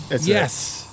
Yes